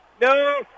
No